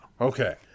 Okay